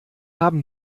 haben